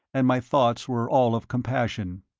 and my thoughts were all of compassion,